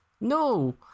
No